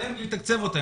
צריך לתקצב אותן.